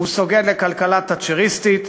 הוא סוגד לכלכלה תאצ'ריסטית.